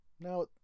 Now